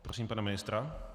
Prosím pana ministra.